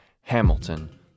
Hamilton